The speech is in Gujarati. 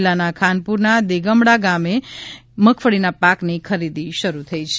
જીલ્લાના ખાનપુરના દેગમડા ખાતે મગફળીના પાકની ખરીદી શરૂ થઇ છે